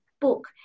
book